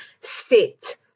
sit